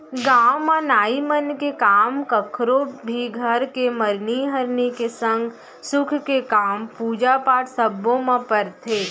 गाँव म नाई मन के काम कखरो भी घर के मरनी हरनी के संग सुख के काम, पूजा पाठ सब्बो म परथे